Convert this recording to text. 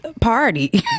party